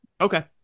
Okay